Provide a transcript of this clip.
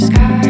Sky